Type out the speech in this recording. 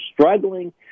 struggling